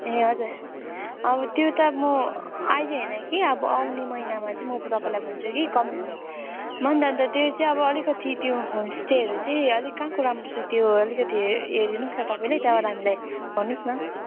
ए हजुर अब त्यो त म अहिले होइन कि अब आउने महिनामा चाहिँ म तपाईँलाई भन्छु कि कमिङ मन्थ अन्त त्यो चाहिँ अब अलिकति त्यो होमस्टेहरू चाहिँ अलिक कहाँको राम्रो छ त्यो अलिकति हे हेरिदिनु होस् न तपाईँले त्यहाँबाट हामीलाई भन्नुहोस् न